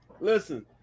listen